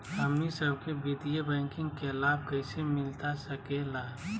हमनी सबके वित्तीय बैंकिंग के लाभ कैसे मिलता सके ला?